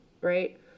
right